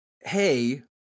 Hey